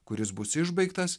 kuris bus išbaigtas